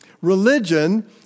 Religion